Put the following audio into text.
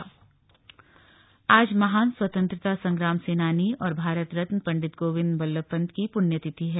पंडित गोविंद बल्लभ पंत आज महान स्वतंत्रता संग्राम सेनानी और भारत रत्न पंडित गोविंद बल्लभ पंत की पुण्यतिथि है